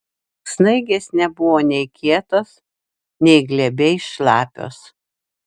snaigės nebuvo nei kietos nei glebiai šlapios